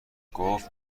گفت